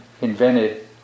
invented